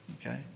Okay